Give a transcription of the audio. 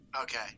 okay